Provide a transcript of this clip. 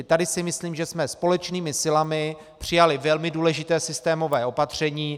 Tady si myslím, že jsme společnými silami přijali velmi důležité systémové opatření.